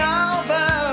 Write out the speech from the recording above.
over